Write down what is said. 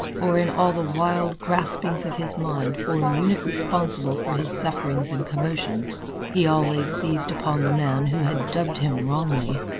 for in all the wild graspings of his mind for a unit responsible for his sufferings and commotions he always seized upon the man who had dubbed him wrongly.